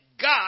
God